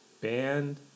band